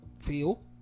feel